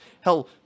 Hell